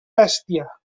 bèstia